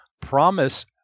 promise